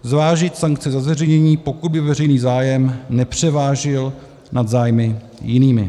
Zvážit sankce za zveřejnění, pokud by veřejný zájem nepřevážil nad zájmy jinými.